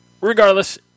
regardless